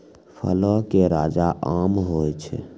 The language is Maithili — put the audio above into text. फलो के राजा आम होय छै